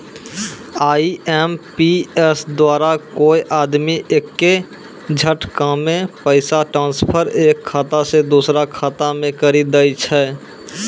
IMPS द्वारा कोय आदमी एक्के झटकामे पैसा ट्रांसफर एक खाता से दुसरो खाता मे करी दै छै